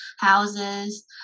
houses